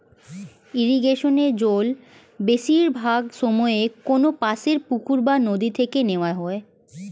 ইরিগেশনে জল বেশিরভাগ সময়ে কোনপাশের পুকুর বা নদি থেকে নেওয়া হয়